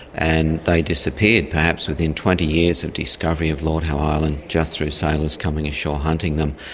and they disappeared, perhaps within twenty years of discovery of lord howe island, just through sailors coming ashore hunting them.